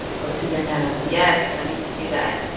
go see your nana yes. i need to do that